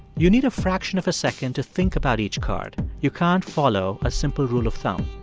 you need a fraction of a second to think about each card. you can't follow a simple rule of thumb.